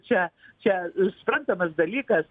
čia čia suprantamas dalykas